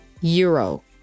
euro